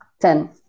ten